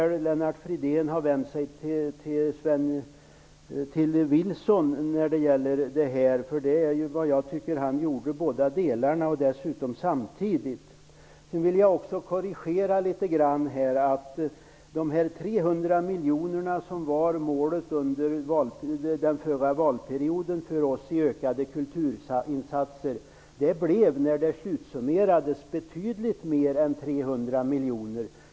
Lennart Fridén måste ha vänt sig till Carl-Johan Wilson i det avseendet, för denne gjorde båda delarna -- och dessutom samtidigt! Jag vill göra en korrigering beträffande de 300 miljonerna, som ju under den förra valperioden var en målsättning för oss på området ökade kulturinsatser. Efter en slutsummering blev det betydligt mer än 300 miljoner.